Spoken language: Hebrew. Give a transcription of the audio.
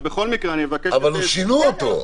אבל שינו אותו.